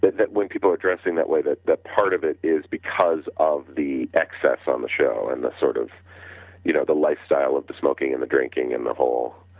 that when people are dressing that way the the part of it is because of the excess on the show and the sort of you know the lifestyle of the smoking and the drinking in the whole,